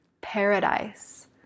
paradise